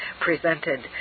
presented